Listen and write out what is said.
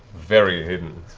very hidden.